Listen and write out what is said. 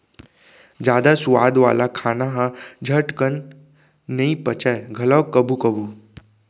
जादा सुवाद वाला खाना ह झटकन नइ पचय घलौ कभू कभू